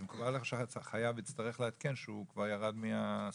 זה מקובל עליך שהחייב יצטרך לעדכן שהוא כבר ירד מהסכום?